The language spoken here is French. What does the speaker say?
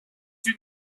une